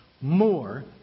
more